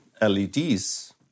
LEDs